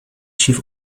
chief